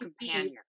companion